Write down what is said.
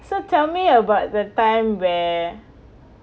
so tell me about the time where